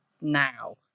now